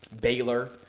Baylor